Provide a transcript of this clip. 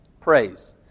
praise